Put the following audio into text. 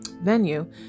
venue